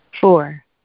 Four